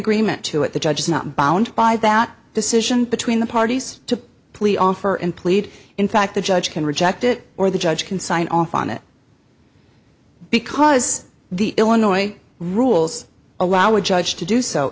agreement to what the judge is not bound by that decision between the parties to plea offer and plead in fact the judge can reject it or the judge can sign off on it because the illinois rules allow a judge to do so